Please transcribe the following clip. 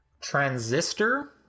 Transistor